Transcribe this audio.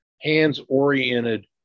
hands-oriented